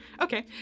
okay